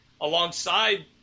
alongside